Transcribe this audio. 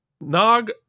Nog